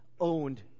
owned